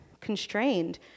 constrained